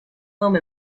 home